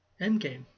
Endgame